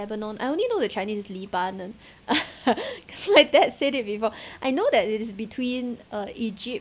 lebanon I only know the chinese is 黎巴嫩 cause my dad said it before I know that it is between uh egypt